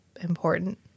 important